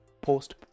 post